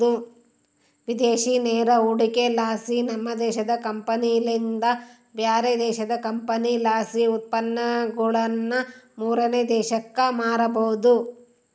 ವಿದೇಶಿ ನೇರ ಹೂಡಿಕೆಲಾಸಿ, ನಮ್ಮ ದೇಶದ ಕಂಪನಿಲಿಂದ ಬ್ಯಾರೆ ದೇಶದ ಕಂಪನಿಲಾಸಿ ಉತ್ಪನ್ನಗುಳನ್ನ ಮೂರನೇ ದೇಶಕ್ಕ ಮಾರಬೊದು